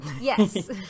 Yes